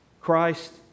Christ